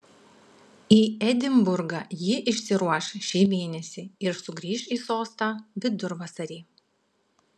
į edinburgą ji išsiruoš šį mėnesį ir sugrįš į sostą vidurvasarį